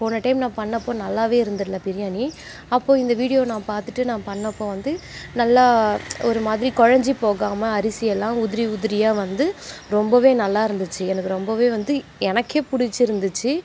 போன டைம் நான் பண்ணப்போது நல்லாவே இருந்துடல பிரியாணி அப்போது இந்த வீடியோ நான் பார்த்துட்டு நான் பண்ணப்போது வந்து நல்லா ஒரு மாதிரி குழைஞ்சிப் போகாமல் அரிசி எல்லாம் உதிரி உதிரியாக வந்து ரொம்பவே நல்லா இருந்துச்சு எனக்கு ரொம்பவே வந்து எனக்கே பிடிச்சிருந்துச்சி